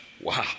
Wow